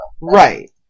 Right